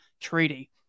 treaty